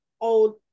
old